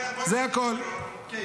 זה הכול.